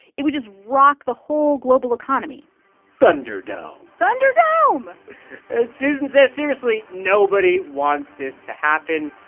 it would just rock the whole global economy thunderdome thunderdome and susan says, seriously, nobody wants this to happen.